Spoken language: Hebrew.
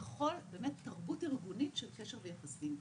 בכל תרבות ארגונית של קשר ויחסים.